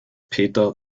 peter